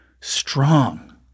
strong